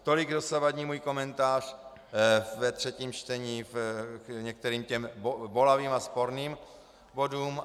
Tolik dosavadní můj komentář ve třetím čtení k některým těm bolavým a sporným bodům.